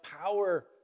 power